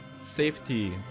Safety